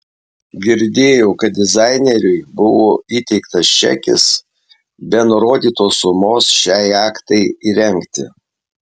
girdėjau kad dizaineriui buvo įteiktas čekis be nurodytos sumos šiai jachtai įrengti